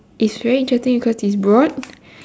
it's very interesting because it's broad